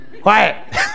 Quiet